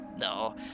No